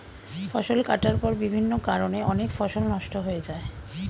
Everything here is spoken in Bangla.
ফসল কাটার পর বিভিন্ন কারণে অনেক ফসল নষ্ট হয়ে যায়